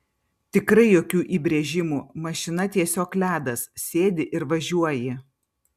tikrai jokių įbrėžimų mašina tiesiog ledas sėdi ir važiuoji